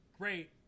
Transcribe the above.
great